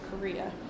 Korea